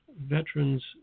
veterans